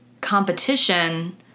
competition